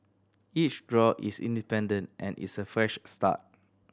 each draw is independent and is a fresh start